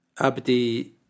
Abdi